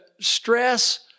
stress